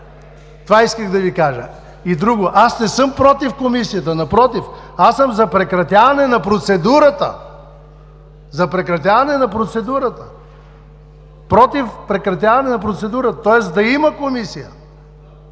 Това исках да Ви кажа. Друго. Аз не съм против Комисията. Напротив, аз съм за прекратяване на процедурата, за прекратяване на процедурата, против прекратяване на процедурата, тоест да има комисия,